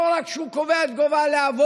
לא רק שהוא קובע את גובה הלהבות,